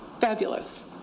fabulous